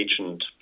agent